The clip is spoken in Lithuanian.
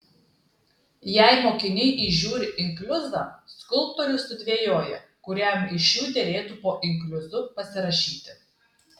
jei mokiniai įžiūri inkliuzą skulptorius sudvejoja kuriam iš jų derėtų po inkliuzu pasirašyti